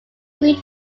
route